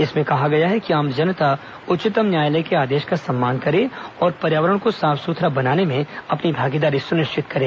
इसमें कहा गया है कि आम जनता उच्चतम न्यायालय के आदेश का सम्मान करे और पर्यावरण को साफ सुथरा बनाने में अपनी भागीदारी सुनिश्चित करे